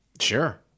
Sure